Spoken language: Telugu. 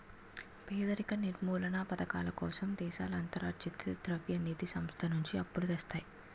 పేదరిక నిర్మూలనా పధకాల కోసం దేశాలు అంతర్జాతీయ ద్రవ్య నిధి సంస్థ నుంచి అప్పులు తెస్తాయి